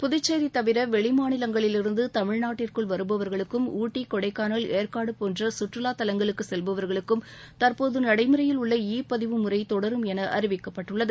புதுச்சேரி தவிர வெளிமாநிலங்களிலிருந்து தமிழ்நாட்டிற்குள் வருபவர்களுக்கும் ஊட்டி கொடைக்கானல் ஏற்காடு போன்ற சுற்றுவாத் தலங்களுக்கு செவ்பவர்களுக்கும் தற்போது நடைமுறையில் உள்ள இப்பதிவு முறை தொடரும் என அறிவிக்கப்பட்டுள்ளது